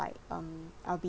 like um I'll be